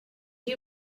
you